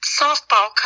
softball